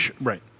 Right